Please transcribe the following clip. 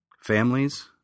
families